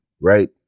right